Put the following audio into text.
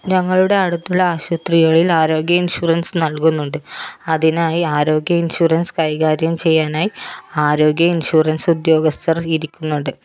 ഞങ്ങളുടെ അടുത്തുള്ള ആശുപത്രികളിൽ ആരോഗ്യ ഇൻഷുറൻസ് നൽകുന്നുണ്ട് അതിനായി ആരോഗ്യ ഇൻഷൂറൻസ് കൈകാര്യം ചെയ്യാനായി ആരോഗ്യ ഇൻഷൂറൻസ് ഉദ്യോഗസ്ഥർ ഇരിക്കുന്നുണ്ട്